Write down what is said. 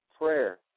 prayer